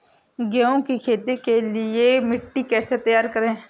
गेहूँ की खेती के लिए मिट्टी कैसे तैयार करें?